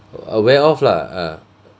uh wear off lah ah